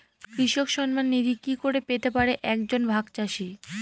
কৃষক সন্মান নিধি কি করে পেতে পারে এক জন ভাগ চাষি?